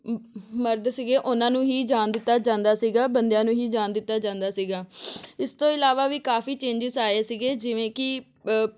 ਮਰਦ ਸੀਗੇ ਉਹਨਾਂ ਨੂੰ ਹੀ ਜਾਣ ਦਿੱਤਾ ਜਾਂਦਾ ਸੀਗਾ ਬੰਦਿਆਂ ਨੂੰ ਹੀ ਜਾਣ ਦਿੱਤਾ ਜਾਂਦਾ ਸੀਗਾ ਇਸ ਤੋਂ ਇਲਾਵਾ ਵੀ ਕਾਫੀ ਚੇਂਜਿਸ ਆਏ ਸੀਗੇ ਜਿਵੇਂ ਕਿ